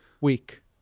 week